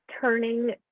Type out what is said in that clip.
turning